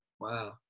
Wow